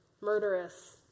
murderous